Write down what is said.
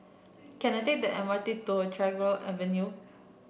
can I take the M R T to Tagore Avenue